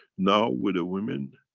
now with the women,